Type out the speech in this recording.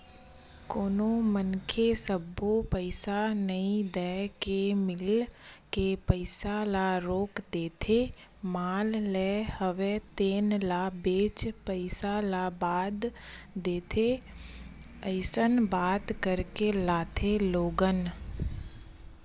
कोनो मनखे सब्बो पइसा नइ देय के मील के पइसा ल रोक देथे माल लेय हवे तेन ल बेंचे पइसा ल बाद देथे अइसन बात करके लाथे लोगन